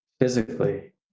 physically